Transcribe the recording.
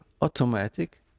automatic